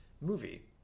movie